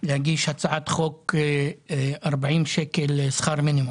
להגיש הצעת חוק של 40 שקלים לשכר מינימום.